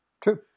True